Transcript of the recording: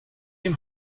him